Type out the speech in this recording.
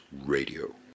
Radio